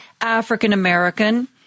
African-American